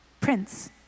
Prince